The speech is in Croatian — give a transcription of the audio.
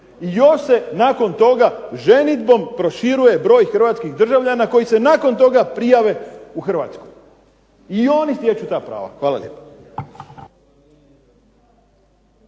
I još se nakon toga ženidbom proširuje broj hrvatskih državljana koji se nakon toga prijave u Hrvatskoj. I oni stječu ta prava. Hvala lijepo.